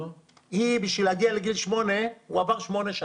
הוא עבר שמונה שנים.